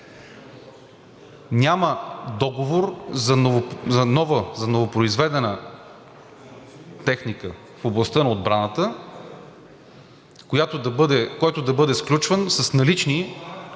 за нова, за новопроизведена техника в областта на отбраната, който да бъде сключван с налично